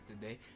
today